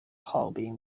炮兵